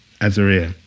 Azariah